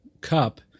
cup